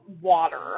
water